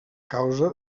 causa